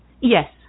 Yes